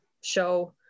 show